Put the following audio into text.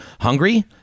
hungry